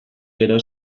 gero